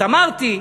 אז אמרתי,